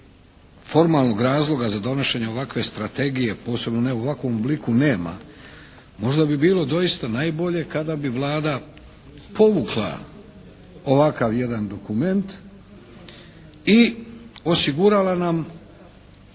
formalnog razloga za donošenje ovakve strategije posebno ne u ovakvom obliku nema, možda bi bilo doista najbolje kada bi Vlada povukla ovakav jedan dokument i osigurala nam